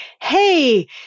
hey